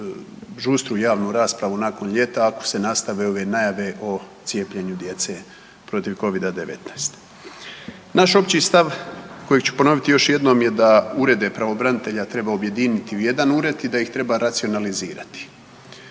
žustru javnu raspravu nakon ljeta ako se nastave ove najave o cijepljenju djece protiv covida-19. Naš opći stav kojeg ću ponoviti još jednom je da urede pravobranitelja treba objediniti u jedan ured i da ih treba racionalizirati.